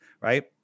right